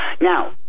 Now